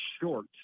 short